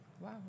Wow